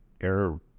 error